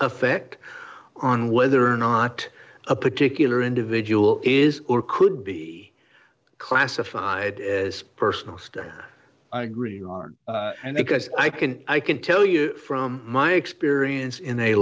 effect on whether or not a particular individual is or could be classified as personal stuff i agree and because i can i can tell you from my experience in a